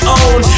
own